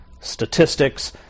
statistics